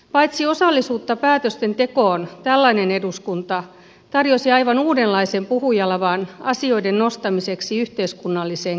paitsi osallisuutta päätöstentekoon tällainen eduskunta tarjosi aivan uudenlaisen puhujalavan asioiden nostamiseksi yhteiskunnalliseen keskusteluun